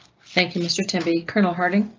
thank you, mr tim be colonel harding.